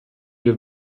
wir